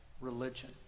religion